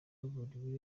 waburiwe